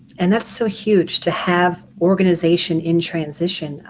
and that's so huge to have organization in transition.